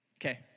Okay